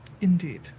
Indeed